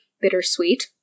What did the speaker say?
bittersweet